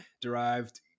derived